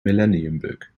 millenniumbug